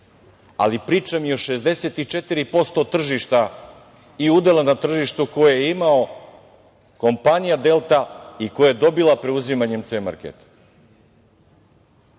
ali pričam i o 64% tržišta i udela na tržištu koji je imala kompanija Delta i koji je dobila preuzimanjem C marketa.